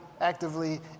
actively